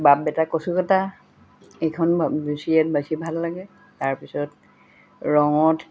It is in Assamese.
বাপ বেটা কচু কটা এইখন বেছি ভাল লাগে তাৰপিছত ৰঙত